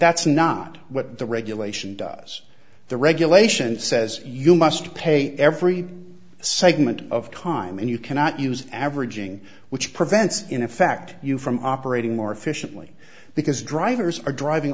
that's not what the regulation does the regulation says you must pay every segment of time and you cannot use averaging which prevents in effect you from operating more efficiently because drivers are driving